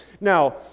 Now